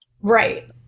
Right